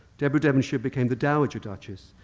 deborah devonshire became the dowager duchess,